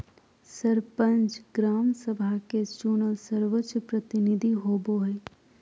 सरपंच, ग्राम सभा के चुनल सर्वोच्च प्रतिनिधि होबो हइ